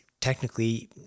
technically